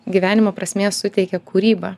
gyvenimo prasmės suteikia kūryba